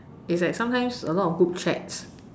it's like sometimes a lot of group chats